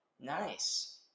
nice